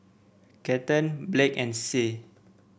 Cathern Blake and Sie